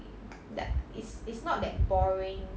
yup it's it's not that boring